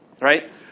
right